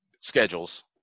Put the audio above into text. schedules